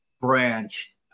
Branch